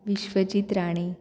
Vishwajit Rane